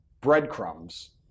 breadcrumbs